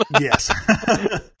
yes